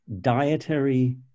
dietary